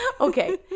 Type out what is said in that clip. Okay